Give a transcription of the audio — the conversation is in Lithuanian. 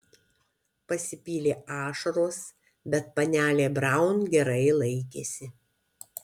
pasipylė ašaros bet panelė braun gerai laikėsi